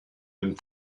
and